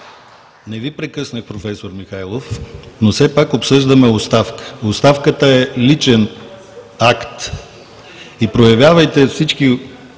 Не Ви прекъснах, проф. Михайлов, но все пак обсъждаме оставка. Оставката е личен акт и всички